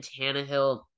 Tannehill